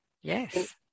Yes